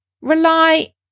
Rely